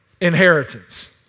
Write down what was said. inheritance